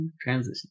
transition